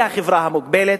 היא חברה מוגבלת.